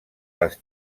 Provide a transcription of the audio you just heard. les